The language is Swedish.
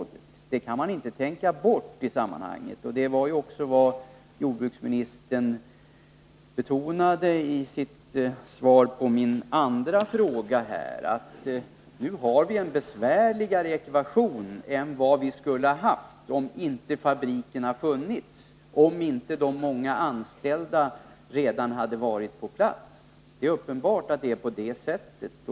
Det här kan man inte tänka bort i sammanhanget. Jordbruksministern betonade ju också i sitt svar på min andra fråga att vi nu har en besvärligare ekvation än vad vi skulle ha haft, om inte fabriken hade funnits, om inte de många människorna hade varit på plats. Det är uppenbart att det förhåller sig på det sättet.